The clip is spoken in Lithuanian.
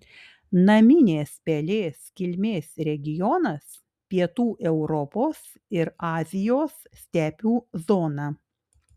naminės pelės kilmės regionas pietų europos ir azijos stepių zona